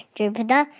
jupiter,